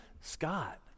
Scott